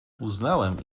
uznałem